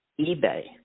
eBay